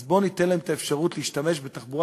אז בואו ניתן להם את האפשרות להשתמש בתחבורה